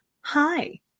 Hi